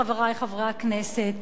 חברי חברי הכנסת,